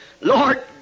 Lord